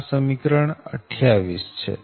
આ સમીકરણ 28 છે